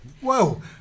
whoa